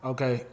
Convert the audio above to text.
Okay